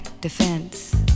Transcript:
defense